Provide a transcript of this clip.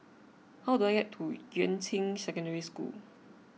how do I get to Yuan Ching Secondary School